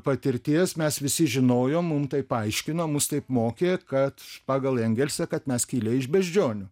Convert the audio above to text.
patirties mes visi žinojom mum taip aiškino mus taip mokė kad pagal engelsą kad mes kilę iš beždžionių